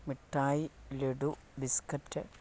മിഠായി ലഡു ബിസ്കറ്റ്